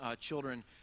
children